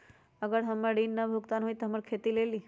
अगर हमर ऋण न भुगतान हुई त हमर घर खेती लेली?